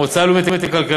המועצה הלאומית לכלכלה,